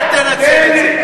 אל תנצל את זה.